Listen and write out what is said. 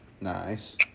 Nice